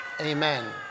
Amen